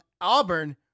Auburn